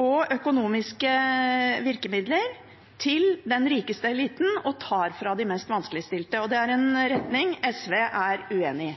og økonomiske virkemidler til den rikeste eliten og tar fra de mest vanskeligstilte. Og det er en retning SV er uenig i.